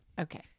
Okay